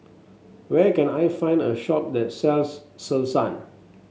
where can I find a shop that sells Selsun